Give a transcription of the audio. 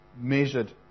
measured